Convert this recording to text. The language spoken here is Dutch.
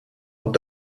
dat